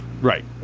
Right